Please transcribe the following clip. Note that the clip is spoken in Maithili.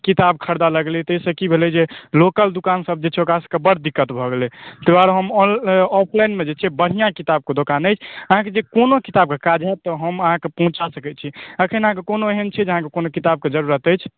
किताब खरीदऽ लगलै ताहिसँ की भेलए जे लोकल दोकान सभ जे छै ओकरासभकेँ बड़ दिक्कत भए गेलैए ताहि दुआरे हम ऑफलाइनमे जे छै बढ़िआँ किताबकें दोकान यऽअहाँके जे कोनो किताबकँ काज होएत तऽ हम अहाँके पहुँचा सकैत छी अखन अहाँकेंँ कोनो एहन छै जे अहाँकेँ कोनो किताबके जरूरत अछि